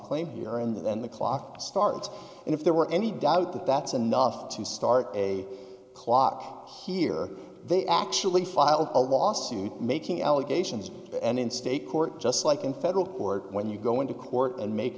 claim here and then the clock starts and if there were any doubt that that's enough to start a clock here they actually filed a lawsuit making allegations and in state court just like in federal court when you go into court and make